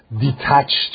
detached